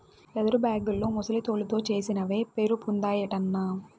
leather బేగుల్లో ముసలి తోలుతో చేసినవే పేరుపొందాయటన్నా